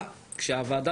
ויש פה שאלות,